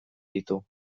ditu